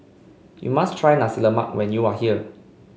you must try Nasi Lemak when you are here